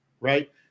right